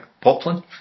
poplin